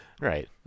Right